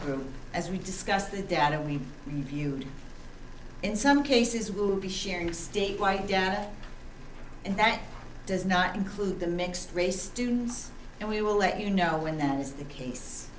group as we discussed the data we viewed in some cases will be sharing statewide data and that does not include the mixed race students and we will let you know when that is the case